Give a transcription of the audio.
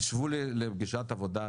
תשבו לפגישת עבודה,